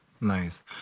nice